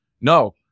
No